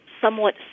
somewhat